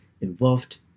involved